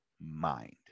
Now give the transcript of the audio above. mind